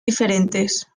diferentes